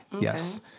Yes